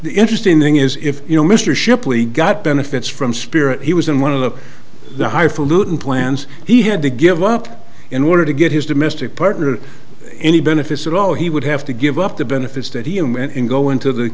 the interesting thing is if you know mr shipley got benefits from spirit he was in one of the high falutin plans he had to give up in order to get his domestic partner any benefits at all he would have to give up the benefits that he and go into the